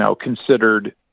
considered